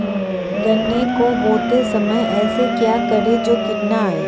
गन्ने को बोते समय ऐसा क्या करें जो कीट न आयें?